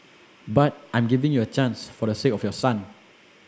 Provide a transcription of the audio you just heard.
but I'm giving you a chance for the sake of your son